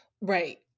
right